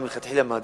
אני מלכתחילה מעדיף